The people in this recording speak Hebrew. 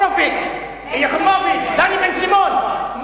הורוביץ, יחימוביץ, דני בן-סימון.